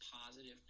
positive